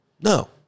No